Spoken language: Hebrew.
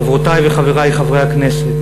חברותי וחברי חברי הכנסת,